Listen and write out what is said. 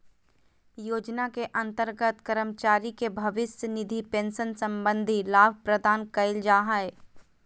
योजना के अंतर्गत कर्मचारी के भविष्य निधि पेंशन संबंधी लाभ प्रदान कइल जा हइ